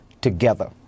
together